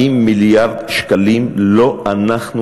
40 מיליארד שקלים, לא אנחנו הבעיה,